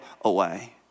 away